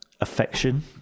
affection